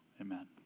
amen